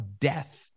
death